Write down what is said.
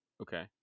Okay